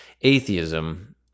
Atheism